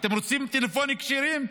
אתם רוצים טלפונים כשרים?